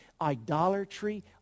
Idolatry